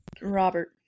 Robert